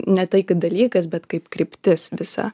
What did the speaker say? ne tai kad dalykas bet kaip kryptis visa